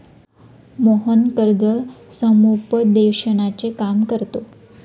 मोहन कर्ज समुपदेशनाचे काम करतो